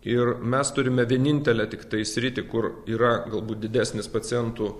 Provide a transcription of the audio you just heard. ir mes turime vienintelę tiktai sritį kur yra galbūt didesnis pacientų